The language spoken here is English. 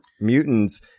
mutants